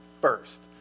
first